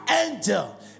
angel